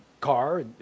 car